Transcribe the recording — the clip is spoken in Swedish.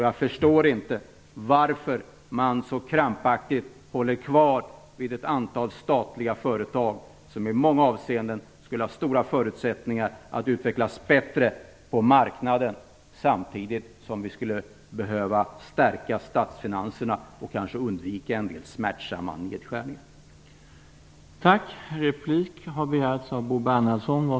Jag förstår inte varför man så krampaktigt håller kvar ett antal statliga företag som i många avseenden skulle ha stora förutsättningar att utvecklas bättre på marknaden, samtidigt som vi skulle behöva stärka statsfinanserna och kanske undvika en del smärtsamma nedskärningar.